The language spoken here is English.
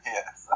Yes